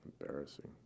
Embarrassing